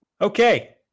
Okay